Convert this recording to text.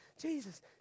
Jesus